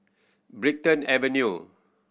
Brighton Avenue